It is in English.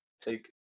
Take